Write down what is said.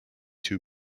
two